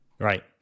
Right